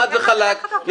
חד וחלק.